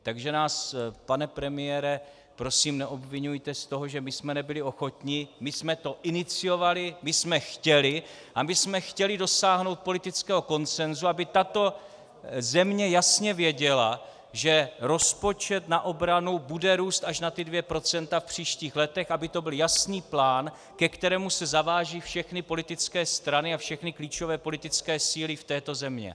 Takže nás, pane premiére, prosím neobviňujte z toho, že jsme nebyli ochotni my jsme to iniciovali, my jsme chtěli a chtěli jsme dosáhnout politického konsensu, aby tato země jasně věděla, že rozpočet na obranu bude růst až na ta 2 % v příštích letech, aby to byl jasný plán, ke kterému se zavážou všechny politické strany a všechny klíčové politické síly v této zemi.